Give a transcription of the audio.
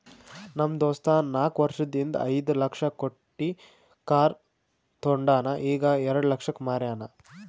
ನಮ್ ದೋಸ್ತ ನಾಕ್ ವರ್ಷದ ಹಿಂದ್ ಐಯ್ದ ಲಕ್ಷ ಕೊಟ್ಟಿ ಕಾರ್ ತೊಂಡಾನ ಈಗ ಎರೆಡ ಲಕ್ಷಕ್ ಮಾರ್ಯಾನ್